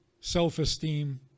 self-esteem